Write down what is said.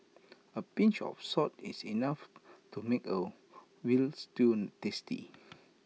A pinch of salt is enough to make A Veal Stew tasty